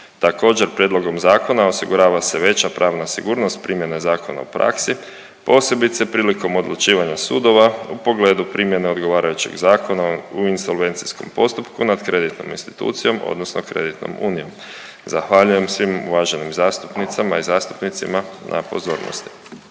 Također prijedlogom zakona osigurava se veća pravna sigurnost primjene zakona u praksi posebice prilikom odlučivanja sudova u pogledu primjene odgovarajućeg zakona u insolvencijskom postupku nad kreditnom institucijom odnosno kreditnom unijom. Zahvaljujem svim uvaženim zastupnicama i zastupnicima na pozornosti.